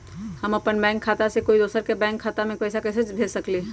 हम अपन बैंक खाता से कोई दोसर के बैंक खाता में पैसा कैसे भेज सकली ह?